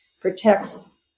protects